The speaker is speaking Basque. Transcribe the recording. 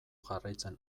jarraitzen